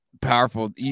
powerful